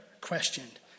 questioned